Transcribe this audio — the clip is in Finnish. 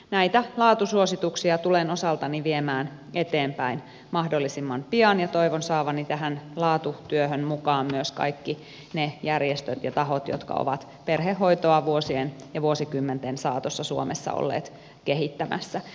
näitä laatusuosituksia tulen osaltani viemään eteenpäin mahdollisimman pian ja toivon saavani tähän laatutyöhön mukaan myös kaikki ne järjestöt ja tahot jotka ovat perhehoitoa vuosien ja vuosikymmenten saatossa suomessa olleet kehittämässä